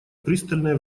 пристальное